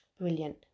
Brilliant